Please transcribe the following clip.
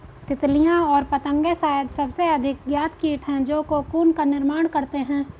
तितलियाँ और पतंगे शायद सबसे अधिक ज्ञात कीट हैं जो कोकून का निर्माण करते हैं